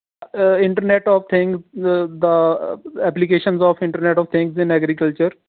internet of thing the applications of internet of things in agriculture